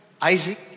Isaac